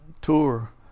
tour